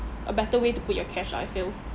a better way to put your cash ah I feel